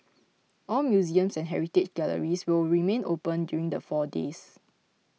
all museums and heritage galleries will remain open during the four days